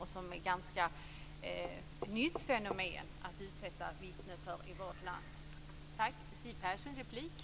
Det är ett ganska nytt fenomen att vittnen utsätts för detta i vårt land.